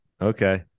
Okay